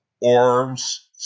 Orbs